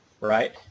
right